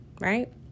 right